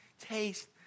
Taste